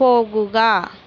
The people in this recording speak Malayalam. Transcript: പോകുക